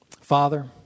Father